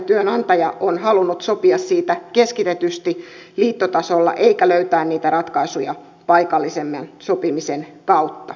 työnantaja on halunnut sopia siitä keskistetysti liittotasolla eikä löytää niitä ratkaisuja paikallisemman sopimisen kautta